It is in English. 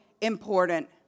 important